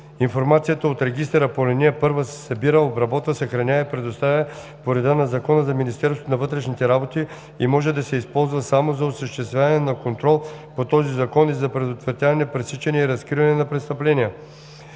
Информацията от регистъра по ал. 1 се събира, обработва, съхранява и предоставя по реда на Закона за Министерството на вътрешните работи и може да се използва само за осъществяване на контрол по този закон и за предотвратяване, пресичане и разкриване на престъпления.